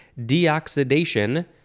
Deoxidation